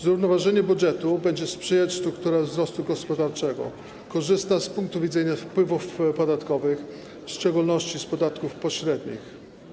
Zrównoważeniu budżetu będzie sprzyjać struktura wzrostu gospodarczego, korzystna z punktu widzenia wpływów podatkowych, w szczególności z podatków pośrednich.